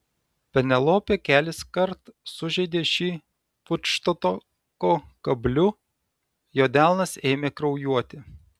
penelopė keliskart sužeidė šį futštoko kabliu jo delnas ėmė kraujuoti